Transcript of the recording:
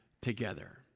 together